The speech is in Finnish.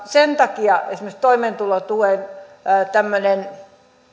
sen takia esimerkiksi toimeentulotuen tämmöistä